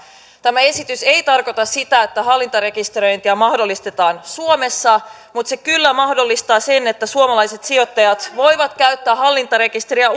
tämä esitys ei tarkoita sitä että hallintarekisteröintiä mahdollistetaan suomessa mutta se kyllä mahdollistaa sen että suomalaiset sijoittajat voivat käyttää hallintarekisteriä